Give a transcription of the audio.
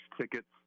tickets